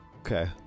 Okay